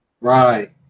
Right